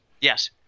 Yes